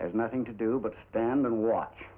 there's nothing to do but stand and watch